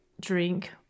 drink